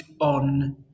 on